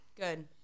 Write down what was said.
Good